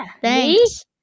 Thanks